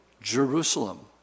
Jerusalem